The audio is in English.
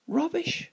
rubbish